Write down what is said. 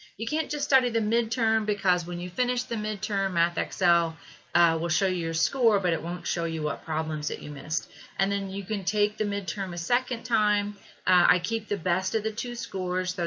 you can't just study the midterm because when you finish the midterm math excel will show you your score but it won't show you what problems that you missed and then you can take the midterm a second time i keep the best of the two scores.